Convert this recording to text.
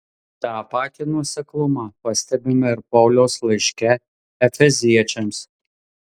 tą patį nuoseklumą pastebime ir pauliaus laiške efeziečiams